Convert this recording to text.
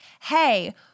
hey